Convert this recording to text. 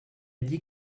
dit